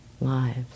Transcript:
lives